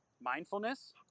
mindfulness